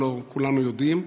הלוא כולנו יודעים,